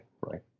right